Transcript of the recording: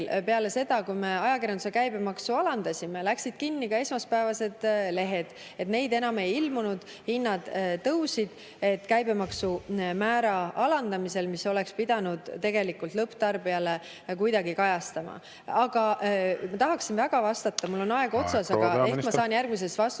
peale seda, kui me ajakirjanduse käibemaksu alandasime? Läksid kinni ka esmaspäevased lehed, neid enam ei ilmunud. Hinnad tõusid käibemaksumäära alandamisel, mis oleks pidanud tegelikult lõpp[hinnas] kuidagi kajastuma. Ma tahaksin väga vastata, mul on aeg otsas … Aeg, proua peaminister!